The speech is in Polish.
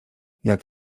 jak